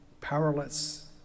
powerless